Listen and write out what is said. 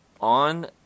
on